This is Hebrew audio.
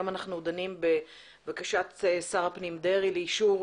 היום אנחנו דנים בבקשת שר הפנים דרעי לאישור